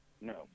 No